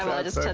i just